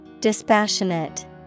Dispassionate